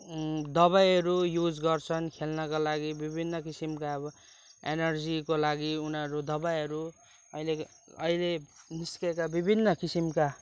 दबाईहरू युज गर्छन खेल्नको लागि विभिन्न किसिमको अब एनर्जीको लागि उनीहरू दबाईहरू अहिलेको अहिले निस्केका विभिन्न किसिमका